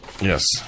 Yes